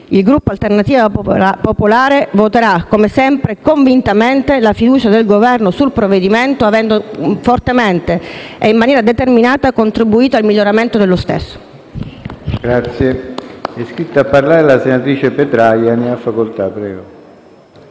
il Gruppo Alternativa Popolare voterà convintamente la fiducia al Governo sul provvedimento in esame, avendo fortemente e in maniera determinata contribuito al miglioramento dello stesso.